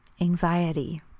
anxiety